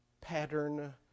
pattern